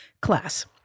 class